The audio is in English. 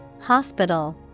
hospital